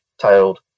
titled